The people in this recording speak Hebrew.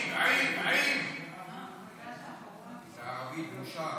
(אומר בערבית ומתרגם:) בערבית: בושה,